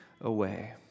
away